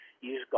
use